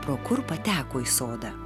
pro kur pateko į sodą